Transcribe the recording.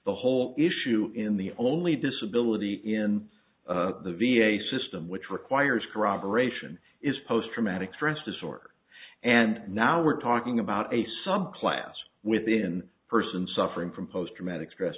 the whole issue in the only disability in the v a system which requires corroboration is post traumatic stress disorder and now we're talking about a subclass within person suffering from post traumatic stress